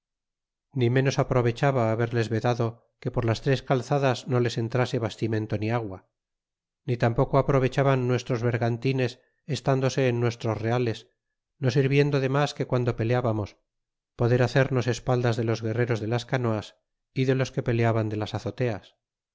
ni ménos aprovechaba haberles vedado que por las tres calzadas no les entrase bastimento ni agua ni tampoco aprovechaban nuestros vergantines estándose en nuestros reales no sirviendo de mas de guando peleábamos poder hacernos espaldas de los guerreros de las canoas y de los que peleaban de las azoteas